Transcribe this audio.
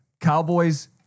Cowboys